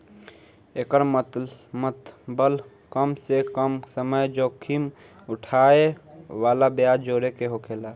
एकर मतबल कम से कम समय जोखिम उठाए वाला ब्याज जोड़े के होकेला